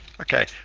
Okay